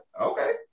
okay